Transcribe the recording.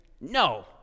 no